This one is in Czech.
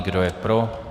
Kdo je pro?